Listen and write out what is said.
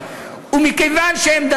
אני מסכים בשני האופנים.